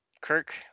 Kirk